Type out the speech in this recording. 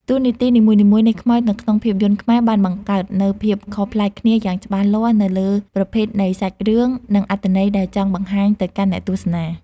តួនាទីនីមួយៗនៃខ្មោចនៅក្នុងភាពយន្តខ្មែរបានបង្កើតនូវភាពខុសប្លែកគ្នាយ៉ាងច្បាស់លាស់ទៅលើប្រភេទនៃសាច់រឿង និងអត្ថន័យដែលចង់បង្ហាញទៅកាន់អ្នកទស្សនា។